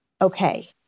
okay